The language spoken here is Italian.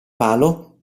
palo